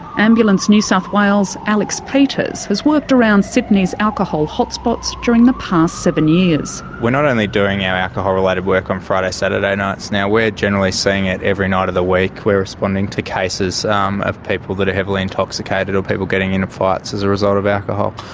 ambulance new south wales' alex peters has worked around sydney's alcohol hot spots during the past seven years. we're not only doing our alcohol-related work on friday, saturday nights now, we're generally seeing it every night of the week, we're responding to cases um of people that are heavily intoxicated or people getting into fights as a result of alcohol.